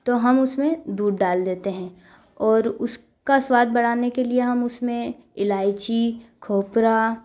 तो हम उसमें दूध डाल देते हैं और उसका स्वाद बढ़ाने के लिए हम उसमें इलाईची खोपरा